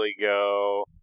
go